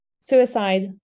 suicide